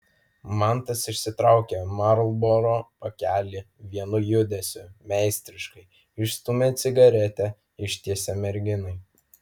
mantas išsitraukė marlboro pakelį vienu judesiu meistriškai išstūmė cigaretę ištiesė merginai